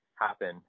happen